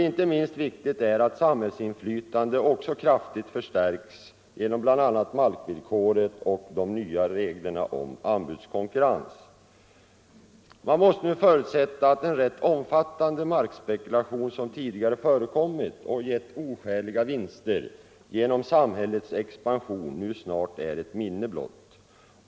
Inte minst viktigt är att samhällsinflytandet kraftigt förstärks genom bl.a. markvillkoret och nya regler om anbudskonkurrens. Man måste nu förutsätta att den rätt omfattande markspekulation som tidigare förekommit och gett oskäliga vinster genom samhällets expansion snart är ett minne blott.